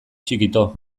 txikito